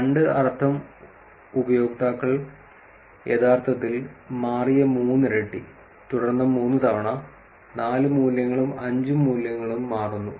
രണ്ട് അർത്ഥം ഉപയോക്താക്കൾ യഥാർത്ഥത്തിൽ മാറിയ മൂന്നിരട്ടി തുടർന്ന് മൂന്ന് തവണ നാല് മൂല്യങ്ങളും അഞ്ച് മൂല്യങ്ങളും മാറുന്നു